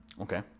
Okay